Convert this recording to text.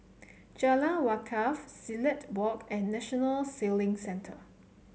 Jalan Wakaff Silat Walk and National Sailing Centre